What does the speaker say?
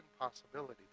possibility